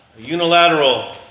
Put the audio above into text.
unilateral